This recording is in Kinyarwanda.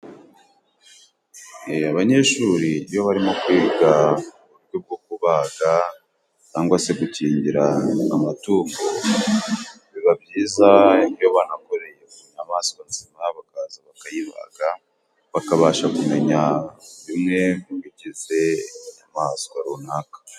Abanyeshuri iyo barimo kwiga uburyo bwo kubaga cyangwa se gukingira amatungo, biba byiza iyo banakoreye ku nyamaswa nzima, bakaza bakayibaga bakabasha kumenya bimwe mu bigize inyamaswa runaka.